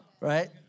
Right